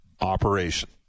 operation